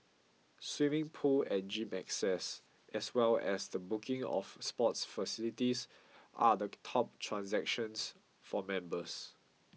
swimming pool and gym access as well as the booking of sports facilities are the top transactions for members